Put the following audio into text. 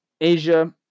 Asia